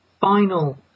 final